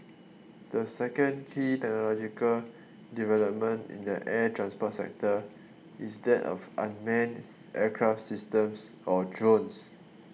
the second key technological development in the air transport sector is that of unmanned aircraft systems or drones